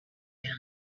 down